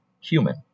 human